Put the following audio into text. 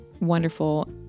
wonderful